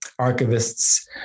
archivists